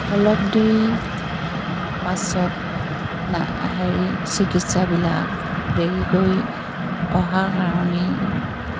অলপ দেৰি পাছত হেৰি চিকিৎসাবিলাক দেৰিকৈ অহাৰ কাৰণেই